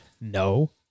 No